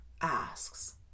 asks